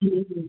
जी जी